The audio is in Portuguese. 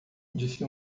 disse